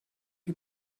die